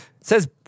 Says